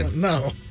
No